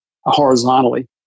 horizontally